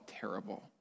terrible